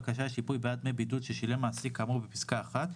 הייתה הבקשה לשיפוי בעד דמי בידוד ששילם מעסיק כאמור בפסקה (1),